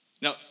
Now